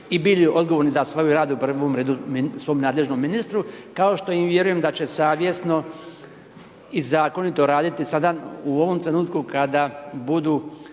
i bili odgovorni za svoj rad u prvom redu svom nadležnom ministru, kao što i vjerujem da će savjesno i zakonito raditi sada u ovom trenutku kada budu